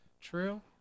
true